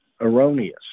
erroneous